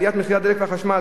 עליית מחירי הדלק והחשמל,